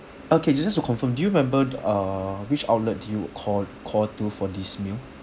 okay it's just to confirm do you remembered uh which outlet do you called called to for this meal